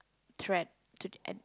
try to the end